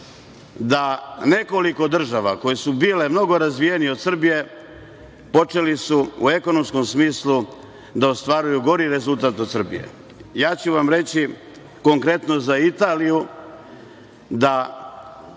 da nekoliko država koje su bile mnogo razvijenije od Srbije počele su u ekonomskom smislu da ostvaruju gori rezultat od Srbije. Ja ću vam reći konkretno za Italiju da,